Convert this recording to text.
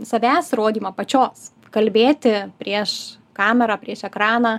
savęs rodymą pačios kalbėti prieš kamerą prieš ekraną